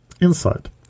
Inside